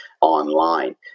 online